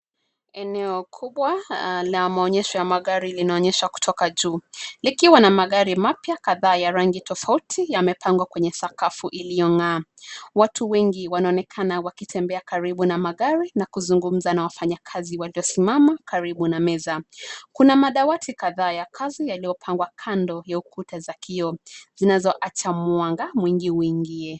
Eneo kubwa la maonyesho ya magari linaonyeshwa kutoka juu likiwa na magari mapya kadhaa ya rangi tofauti yamepangwa kwenye sakafu iliyo ngaa, watu wengi wanaonekana wakitembea karibu na magari na kuzungumza na wafanyikazi walio simama karibu na meza. Kuna madawati kadhaa ya kazi yaliyopangwa kando ya ukuta za kioo zinazo acha mwanga mwingi uingie.